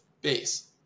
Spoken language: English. base